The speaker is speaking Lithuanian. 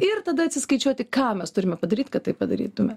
ir tada atsiskaičiuoti ką mes turime padaryt kad taip padarytume